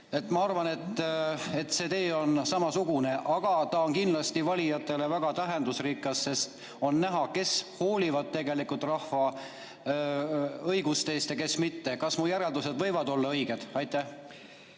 Ma arvan, et see tee on samasugune. Aga see on kindlasti valijatele väga tähendusrikas, sest on näha, kes tegelikult hoolivad rahva õigustest ja kes mitte. Kas mu järeldused võivad olla õiged? Aitäh!